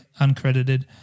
uncredited